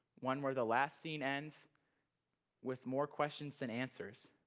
one where the last scene ends with more questions than answers.